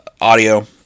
audio